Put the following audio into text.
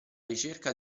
ricerca